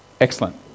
excellent